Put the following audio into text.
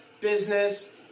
business